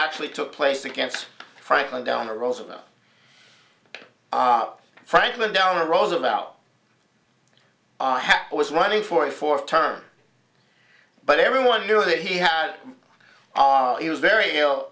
actually took place against franklin delano roosevelt up franklin delano roosevelt or happen was running for a fourth term but everyone knew that he had he was very ill